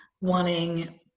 wanting